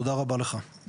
תודה רבה לך.